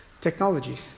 technology